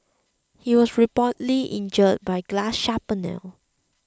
he was reportedly injured by glass shrapnel